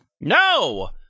No